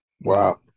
Wow